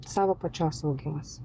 savo pačios augimas